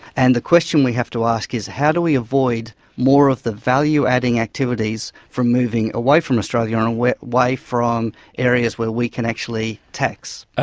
and the question we have to ask is how do we avoid more of the value-adding activities from moving away from australia and away from areas where we can actually tax.